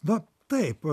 na taip